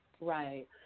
Right